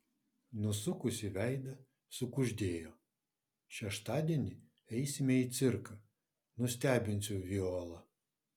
nusukusi veidą sukuždėjo šeštadienį eisime į cirką nustebinsiu violą